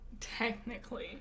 Technically